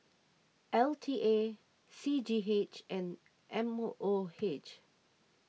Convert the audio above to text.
L T A C G H and M O H